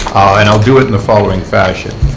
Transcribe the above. and i will do it in the following fashion.